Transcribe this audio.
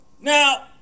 Now